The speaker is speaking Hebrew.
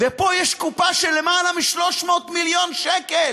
ופה יש קופה של יותר מ-300 מיליון שקל,